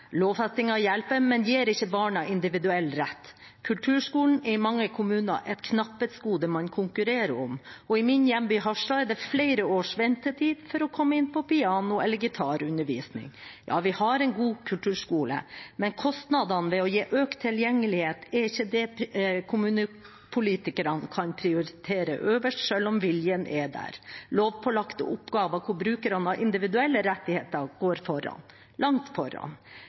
hjelper, men gir ikke barna en individuell rett. Kulturskolen er i mange kommuner et knapphetsgode man konkurrerer om. I min hjemby, Harstad, er det flere års ventetid for å komme inn på piano- eller gitarundervisning. Ja, vi har en god kulturskole, men kostnadene ved å gi økt tilgjengelighet er ikke det kommunepolitikere kan prioritere øverst, selv om viljen er der. Lovpålagte oppgaver, hvor brukerne har individuelle rettigheter, går foran – langt foran.